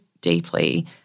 deeply